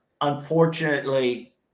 Unfortunately